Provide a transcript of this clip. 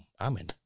Amen